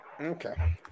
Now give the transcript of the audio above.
Okay